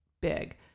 big